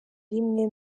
rimwe